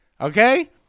Okay